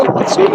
דול מצוי,